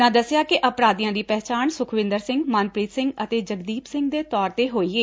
ਉਨ੍ਹਾਂ ਦਸਿਆ ਕਿ ਅਪਰਾਧੀਆਂ ਦੀ ਪਹਿਚਾਣ ਸੁਖਵਿੰਦਰ ਸਿੰਘ ਮਨਪ੍ਰੀਤ ਸਿੰਘ ਅਤੇ ਜਗਦੀਪ ਸਿੰਘ ਦੇ ਤੌਰ ਤੇ ਹੋਈ ਏ